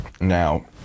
Now